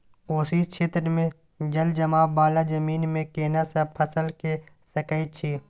कोशी क्षेत्र मे जलजमाव वाला जमीन मे केना सब फसल के सकय छी?